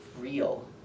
real